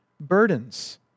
burdens